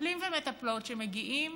מטפלים ומטפלות שמגיעים